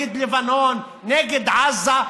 נגד לבנון, נגד עזה.